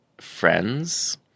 friends